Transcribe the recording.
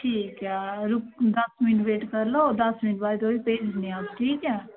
ठीक ऐ दस मिंट वेट करी लैओ ते भी भेजी ओड़ना आं तुसें ई ठीक ऐ